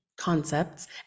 concepts